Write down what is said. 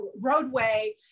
roadway